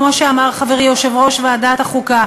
כמו שאמר חברי יושב-ראש ועדת החוקה